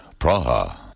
Praha